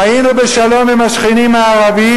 חיינו בשלום עם השכנים הערבים,